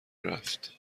رفت